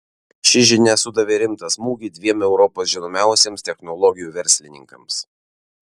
ši žinia sudavė rimtą smūgį dviem europos žinomiausiems technologijų verslininkams